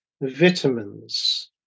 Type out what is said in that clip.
vitamins